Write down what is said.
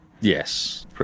Yes